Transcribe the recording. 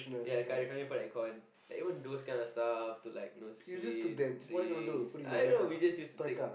ya the kind of then you put at the aircon like even those kind of stuff to like those sweets drinks I don't know we just use to take